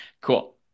Cool